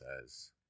says